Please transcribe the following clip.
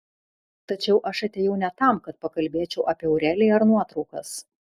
tačiau aš atėjau ne tam kad pakalbėčiau apie aureliją ar nuotraukas